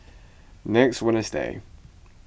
next wednesday